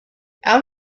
out